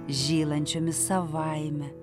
žylančiomis savaime